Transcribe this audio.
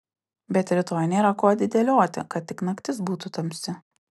bet rytoj nėra ko atidėlioti kad tik naktis būtų tamsi